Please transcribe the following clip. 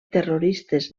terroristes